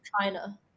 China